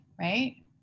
right